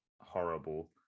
horrible